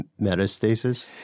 Metastasis